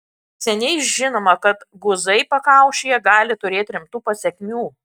seniai žinoma kad guzai pakaušyje gali turėti rimtų pasekmių